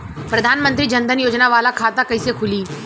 प्रधान मंत्री जन धन योजना वाला खाता कईसे खुली?